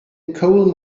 coal